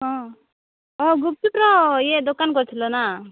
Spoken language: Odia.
ହଁ ଗୁପଚୁପ୍ର ଇଏ ଦୋକାନ କରିଥିଲ ନା